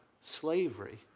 slavery